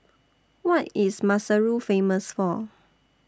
What IS Maseru Famous For